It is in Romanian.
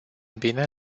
bine